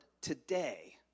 today